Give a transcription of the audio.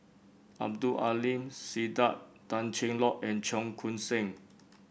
Abdul Aleem Siddique Tan Cheng Lock and Cheong Koon Seng